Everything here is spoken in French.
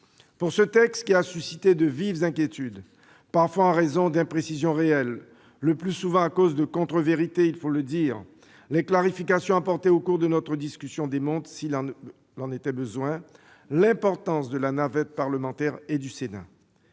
de ce texte, qui a suscité de vives inquiétudes- parfois en raison d'imprécisions réelles, le plus souvent à cause de contre-vérités -les clarifications apportées au cours de notre discussion démontrent, s'il en était besoin, l'importance de la navette parlementaire et du Sénat.